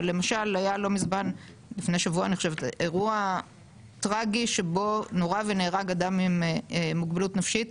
אבל למשל היה לא מזמן אירוע טרגי שבו נורה ונהרג אדם עם מוגבלות נפשית.